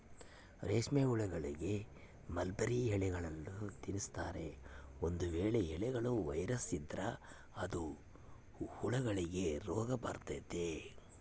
ರೇಷ್ಮೆಹುಳಗಳಿಗೆ ಮಲ್ಬೆರ್ರಿ ಎಲೆಗಳ್ನ ತಿನ್ಸ್ತಾರೆ, ಒಂದು ವೇಳೆ ಎಲೆಗಳ ವೈರಸ್ ಇದ್ರ ಅದು ಹುಳಗಳಿಗೆ ರೋಗಬರತತೆ